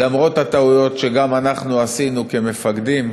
למרות הטעויות שגם אנחנו עשינו כמפקדים,